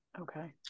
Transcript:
Okay